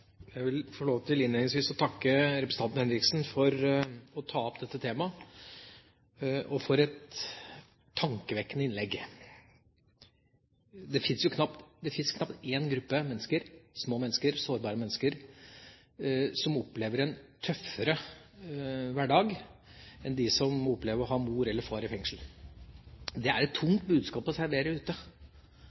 Jeg vil få lov til innledningsvis å takke representanten Henriksen for å ta opp dette temaet og for et tankevekkende innlegg. Det finnes knapt en gruppe mennesker – små mennesker, sårbare mennesker – som opplever en tøffere hverdag enn de som opplever å ha mor eller far i fengsel. Det er et tungt budskap å servere ute,